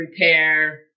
repair